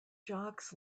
jocks